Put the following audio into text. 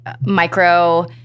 micro